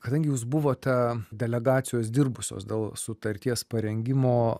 kadangi jūs buvot delegacijos dirbusios dėl sutarties parengimo